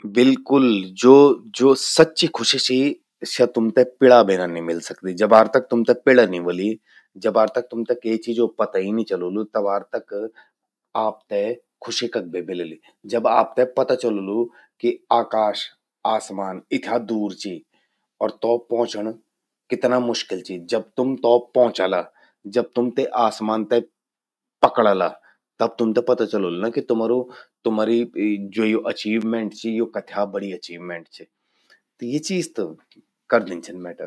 बिल्कुल, ज्वो सच्ची खुशी चि स्या तुमते पिड़ा बिना नि मिलि सकदि। जबार तक तुमते पिड़ा नि व्होलि। जबार तक तुमते के चीजो पता ही नि चलोलु। तबार तक आपते खुशी कख बे मिलेलि। जब आपते पता चलोलु कि आकाश, आसमान इथ्या दूर चि और तौ पोछणं कितना मुश्किल चि, जब तम तौ पौचाला। जब तुम ते आसमान ते पकड़ला। तब तुमते पता चलोलु ना कि तुमारु, तुमरि ज्वो या अचीवमेंट चि यो कथ्या बड़ि अचीवमेंट चि। त यि चीज त करदिन छिन मेटर।